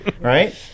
right